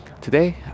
Today